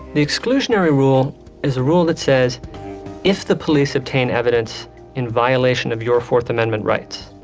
the exclusionary rule is a rule that says if the police obtain evidence in violation of your fourth amendment rights,